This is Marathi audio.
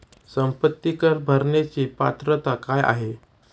संपत्ती कर भरण्याची पात्रता काय आहे?